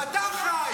אתה אחראי.